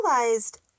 realized